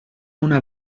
una